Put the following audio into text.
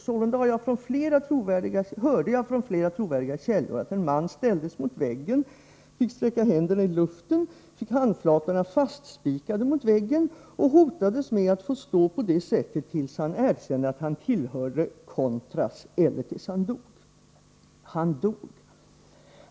——- Sålunda hörde jag från flera trovärdiga källor att en man ställdes mot väggen, fick sträcka händerna i luften, fick handflatorna fastspikade mot väggen och hotades med att få stå på det sättet tills han erkände att han tillhörde ”contras” eller tills han dog. Han dog.